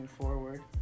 forward